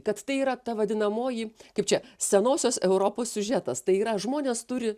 kad tai yra ta vadinamoji kaip čia senosios europos siužetas tai yra žmonės turi